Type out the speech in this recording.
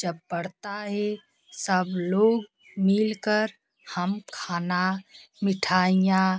जब पड़ता है सब लोग मिल कर हम खाना मिठाइयाँ